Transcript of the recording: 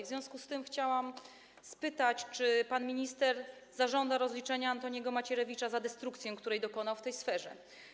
W związku z tym chciałam spytać, czy pan minister zażąda rozliczenia Antoniego Macierewicza za destrukcję, której dokonał w tej sferze.